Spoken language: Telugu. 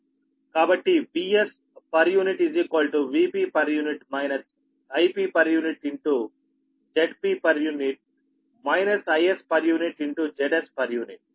కాబట్టి Vs Vp Ip Zp - Is Zs